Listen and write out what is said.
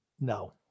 No